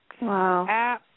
Wow